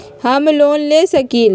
हम लोन ले सकील?